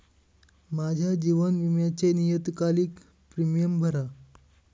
माझ्या जीवन विम्याचे नियतकालिक प्रीमियम भरा